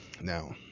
Now